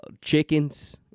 chickens